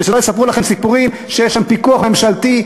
ושלא יספרו לכם סיפורים שיש שם פיקוח ממשלתי,